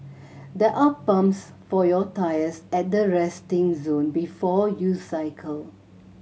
there are pumps for your tyres at the resting zone before you cycle